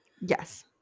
Yes